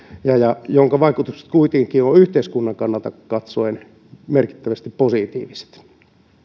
jonka vaikutukset kuitenkin ovat yhteiskunnan kannalta katsoen merkittävästi positiiviset